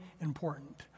important